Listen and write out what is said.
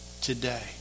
today